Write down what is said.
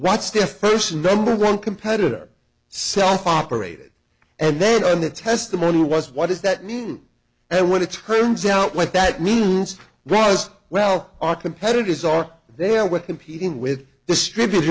stiff person number one competitor self operated and then the testimony was what does that mean and what it turns out what that means was well our competitors are there with competing with distribut